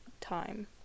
time